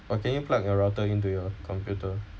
oh can you plug your router into your computer